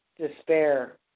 Despair